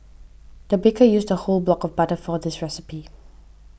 the baker used a whole block of butter for this recipe